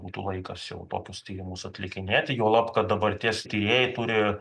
būtų laikas jau tokius tyrimus atlikinėti juolab kad dabarties tyrėjai turi